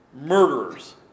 murderers